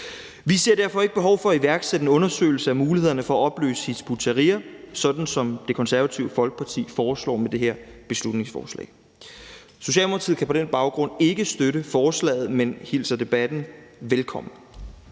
Vi ser derfor ikke behov for at iværksætte en undersøgelse af mulighederne for at opløse Hizb ut-Tahrir, sådan som Det Konservative Folkeparti foreslår med det her beslutningsforslag. Socialdemokratiet kan på den baggrund ikke støtte forslaget, men hilser debatten velkommen.